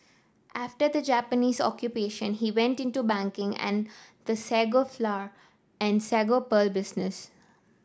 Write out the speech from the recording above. after the Japanese Occupation he went into banking and the sago flour and sago pearl business